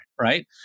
right